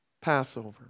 Passover